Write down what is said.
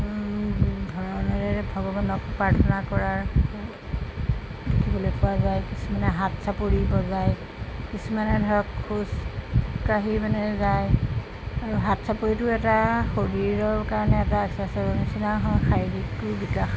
ধৰেণেৰে ভগৱানক প্ৰাৰ্থনা কৰা দেখিবলৈ পোৱা যায় কিছুমানে হাতচাপৰি বজায় কিছুমানে ধৰক খোজকাঢ়ি মানে যায় আৰু হাতচাপৰিটো এটা শৰীৰৰ কাৰণে এটা এক্সচাৰচাইজৰ নিচিনাও হয় শাৰীৰিকটোও বিকাশ